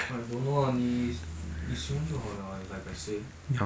I don't know lah 你你喜欢就好了 is like I say